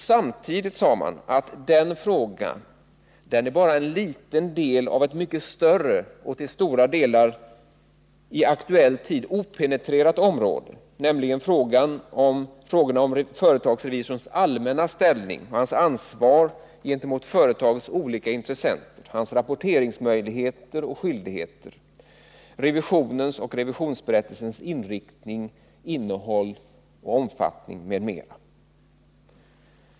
Samtidigt sade man att denna fråga bara utgjorde en liten del av ett mycket större och i aktuell tid till stora delar openetrerat område, nämligen frågan om företagsrevisorns allmänna ställning, hans ansvar gentemot företagets olika intressenter, hans rapporteringsmöjligheter och skyldigheter, revisionens och revisionsberättelsens inriktning, innehåll och omfattning, m.m.